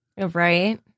Right